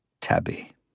Tabby